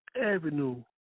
Avenue